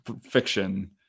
fiction